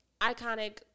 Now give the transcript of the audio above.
iconic